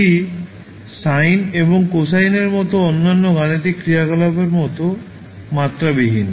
এটি সাইন এবং কোসাইন এর মতো অন্যান্য গাণিতিক ক্রিয়াকলাপের মতো মাত্রাবিহীন